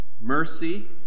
mercy